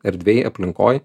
erdvėj aplinkoj